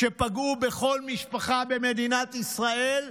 שפגעו בכל משפחה במדינת ישראל,